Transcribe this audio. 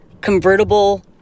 convertible